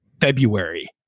February